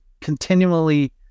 continually